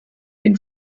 been